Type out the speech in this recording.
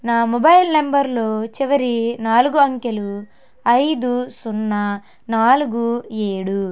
నా మొబైల్ నంబర్లో చివరి నాలుగు అంకెలు ఐదు సున్నా నాలుగు ఏడు